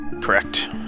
Correct